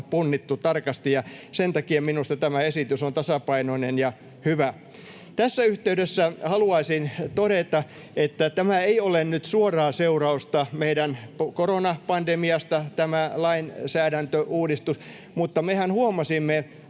punnittu tarkasti, ja sen takia minusta tämä esitys on tasapainoinen ja hyvä. Tässä yhteydessä haluaisin todeta, että tämä lainsäädäntöuudistus ei ole nyt suoraa seurausta meidän koronapandemiasta, mutta mehän huomasimme